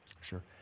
sure